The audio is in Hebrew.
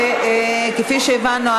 כפי שהבנו,